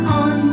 on